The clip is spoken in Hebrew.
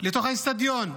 לתוך האצטדיון?